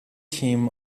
him